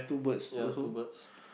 ya two birds